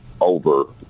over